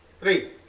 Three